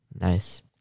nice